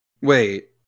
wait